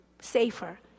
safer